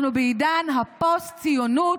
אנחנו בעידן הפוסט-ציונות.